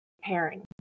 pairing